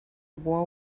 war